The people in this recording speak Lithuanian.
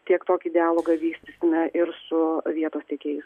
tiek tokį dialogą vystysime ir su vietos tiekėjais